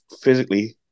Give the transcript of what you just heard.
physically